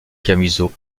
camusot